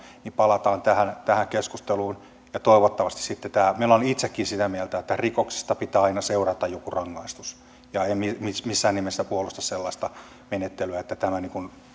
palataan tähän tähän keskusteluun ja toivottavasti sitten tämä muuttuu olen itsekin sitä mieltä että rikoksista pitää aina seurata joku rangaistus ja en missään nimessä puolusta sellaista menettelyä että tämä